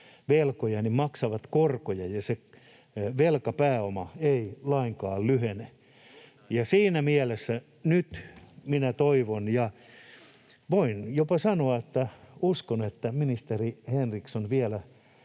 velkoja, maksavat korkoja, ja se velkapääoma ei lainkaan lyhene. [Sebastian Tynkkynen: Juuri näin!] Siinä mielessä nyt minä toivon, ja voin jopa sanoa, että uskon, että ministeri Henriksson vielä